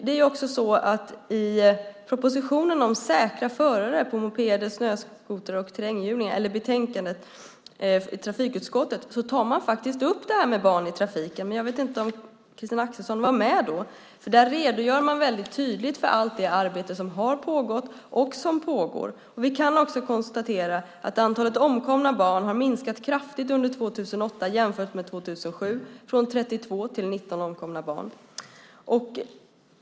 Det är också så att man i trafikutskottets betänkande om säkra förare för snöskoter, mopeder eller terränghjulingar tar upp frågan om barn i trafiken. Jag vet inte om Christina Axelsson var med då. Där redogör man väldigt tydligt för allt det arbete som har pågått och som pågår. Vi kan också konstatera att antalet omkomna barn har minskat kraftigt under år 2008 jämfört med år 2007 från 32 till 19 omkomna barn.